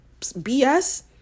BS